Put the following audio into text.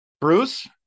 Bruce